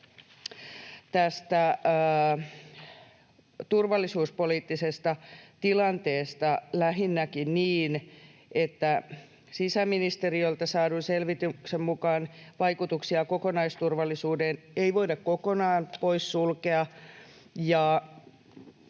toteaa turvallisuuspoliittisesta tilanteesta lähinnäkin niin, että ”sisäministeriöltä saadun selvityksen mukaan vaikutuksia kokonaisturvallisuuteen ei voida kokonaan poissulkea”